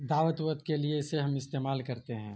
دعوت ووت کے لیے اسے ہم استعمال کرتے ہیں